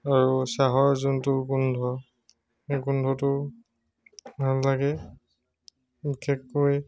আৰু চাহৰ যোনটো গোন্ধ সেই গোন্ধটো ভাল লাগে বিশেষকৈ